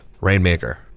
Rainmaker